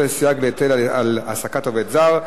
15) (סייג להיטל על העסקת עובד זר),